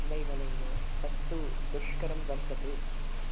नैव नैव तत्तु दुष्करं वर्तते